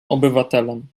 obywatelem